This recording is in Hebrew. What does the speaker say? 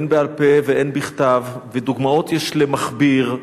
הן בעל-פה והן בכתב, ודוגמאות יש למכביר,